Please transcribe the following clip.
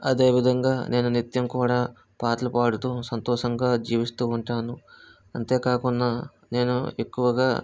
అదే విధంగా నేను నిత్యం కూడా పాటలు పాడుతూ సంతోషంగా జీవిస్తూ ఉంటాను అంతే కాకుండా నేను ఎక్కువగా